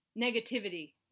negativity